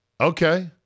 Okay